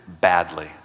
badly